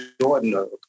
Jordan